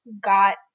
got